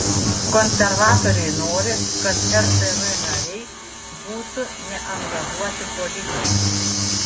konservatoriai nori kad rtv nariai būtų neangažuoti politiškai